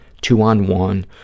two-on-one